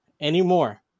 anymore